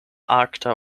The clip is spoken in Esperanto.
arkta